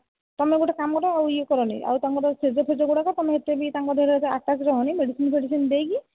ତୁମେ ଗୋଟିଏ କାମ କର ୟେ କରନି ଆଉ ତାଙ୍କର ସେଜ ଫେଜ ଗୁଡ଼ାକ ଏତେ ବି ତାଙ୍କର ଆଟାଚ୍ ରହନି ମେଡ଼ିସିନ ଫେଡ଼ିସିନ ଦେଇକି